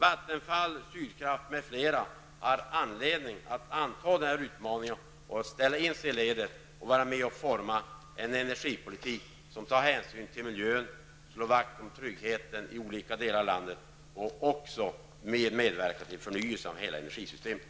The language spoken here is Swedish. Vattenfall, Sydkraft m.fl. har anledning att anta denna utmaning, ställa in sig i ledet och bidra till att forma en energipolitik som tar hänsyn till miljön, slår vakt om tryggheten i olika delar av landet och även medverkar till förnyelse av hela energisystemet.